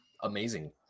amazing